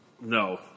No